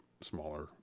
smaller